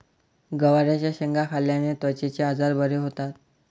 गवारच्या शेंगा खाल्ल्याने त्वचेचे आजार बरे होतात